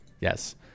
Yes